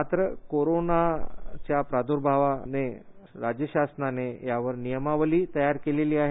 मात्र कोरोनाच्या प्रार्दभावाने राज्य शासनाने नियमावली तयार केलेली आहे